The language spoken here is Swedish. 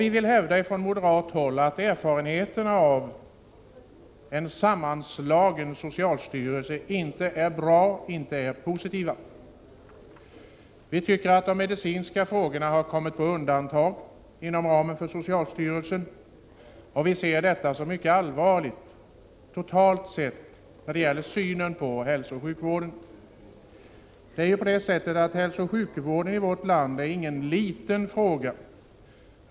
Vi vill hävda från moderat håll att erfarenheterna av en sammanslagen socialstyrelse inte är positiva. Vi tycker att de medicinska frågorna har kommit på undantag inom ramen för socialstyrelsens verksamhet och vi ser detta som mycket allvarligt när det gäller den totala synen på hälsooch sjukvården. Hälsooch sjukvården i vårt land är inget litet område.